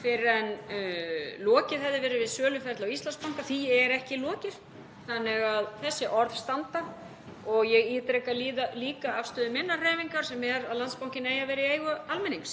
fyrr en lokið hefði verið við söluferli á Íslandsbanka. Því er ekki lokið þannig að þessi orð standa. Ég ítreka líka afstöðu minnar hreyfingar sem er að Landsbankinn eigi að vera í eigu almennings,